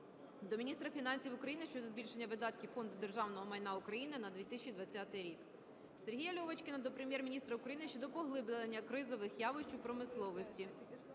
до міністра фінансів України щодо збільшення видатків Фонду державного майна України на 2020 рік. Сергія Льовочкіна до Прем'єр-міністра України щодо поглиблення кризових явищ у промисловості.